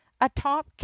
atop